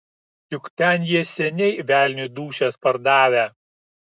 juk ten jie seniai velniui dūšias pardavę